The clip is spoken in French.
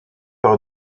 par